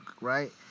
right